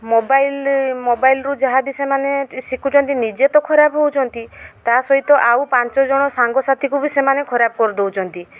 mobile ମୋବାଇଲ୍ରୁ ଯାହାବି ସେମାନେ ଶିକୁଛନ୍ତି ନିଜେ ତ ଖରାପ ହଉଛନ୍ତି ତା ସହିତ ଆଉ ପାଞ୍ଚଜଣ ସାଙ୍ଗସାଥୀକୁ ବି ସେମାନେ ଖରାପ କରି ଦଉଛନ୍ତି